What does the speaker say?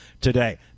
today